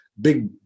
big